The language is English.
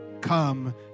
come